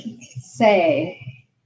say